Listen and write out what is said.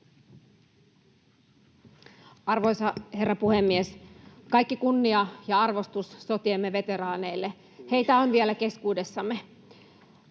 Arvoisa herra puhemies! Kaikki kunnia ja arvostus sotiemme veteraaneille. Heitä on vielä keskuudessamme.